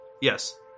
yes